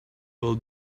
will